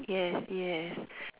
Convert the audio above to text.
yes yes